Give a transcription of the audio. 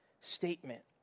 statement